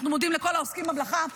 אנחנו מודים לכל העוסקים במלאכה.